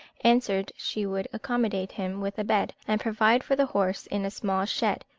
answered she would accommodate him with a bed, and provide for the horse in a small shed,